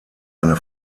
eine